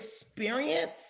experience